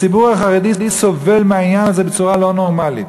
הציבור החרדי סובל מהעניין הזה בצורה לא נורמלית,